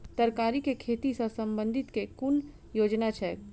तरकारी केँ खेती सऽ संबंधित केँ कुन योजना छैक?